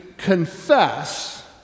confess